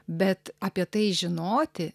bet apie tai žinoti